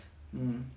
um